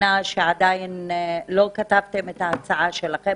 שעדיין לא כתבתם את ההצעה שלכם